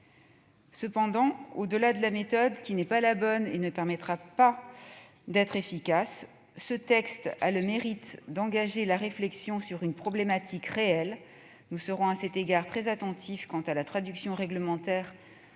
Cependant, au-delà de la méthode qui n'est pas la bonne et ne permettra pas d'être efficace, ce texte a le mérite d'engager la réflexion sur une problématique réelle. Nous serons à cet égard très attentifs quant à la traduction réglementaire